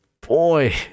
boy